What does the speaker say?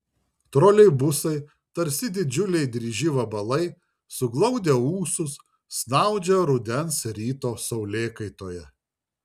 troleibusai tarsi didžiuliai dryži vabalai suglaudę ūsus snaudžia rudens ryto saulėkaitoje